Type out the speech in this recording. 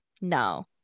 no